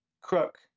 crook